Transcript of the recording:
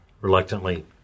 reluctantly